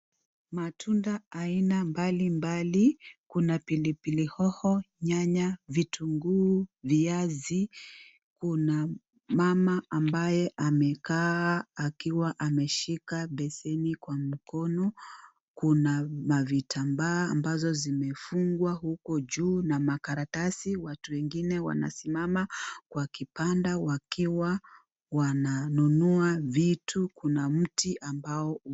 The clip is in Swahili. Matunda Aina mbali mbali kuna pilipili hoho, nyanya , vitungu, viazi. Kuna mama ambaye amekaa akiwa ameshika beseni kwa mkono, kuna mavitambaa ambazo zimefungwa huko juu na makaratasi . Watu wengine wanasimama kwa kibanda wakiwa wananunua vitu kuna mti ambao.